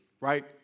right